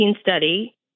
study